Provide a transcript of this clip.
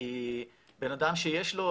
כי בן אדם שיש לו,